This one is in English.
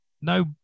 No